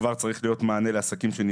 כבר צריך להיות מענה לנפגעים.